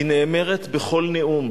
היא נאמרת בכל נאום.